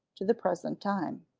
to the present time.